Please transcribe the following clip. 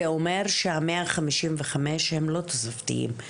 זה אומר שהמאה חמישים וחמש הם לא תוספתיים.